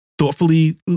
Thoughtfully